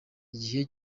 igihe